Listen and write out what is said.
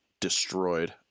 destroyed